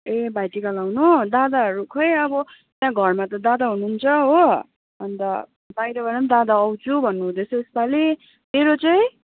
ए भाइ टिका लाउनु दादाहरू खोइ अब यहाँ घरमा त दादा हुनुहुन्छ हो अन्त बाहिरबाट पनि दादा आउँछु भन्नुहुँदैथ्यो यसपालि तेरो चाहिँ